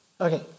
Okay